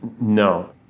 No